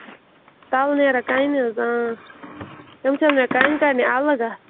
تَلہٕ نیران کَنہِ حظ آ تِم چھا مےٚ کَنہِ کڈنہِ اَلگ اَتھ